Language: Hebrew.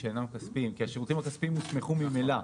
שאינם כספיים כי השירותים הכספיים הוסמכו ממילא.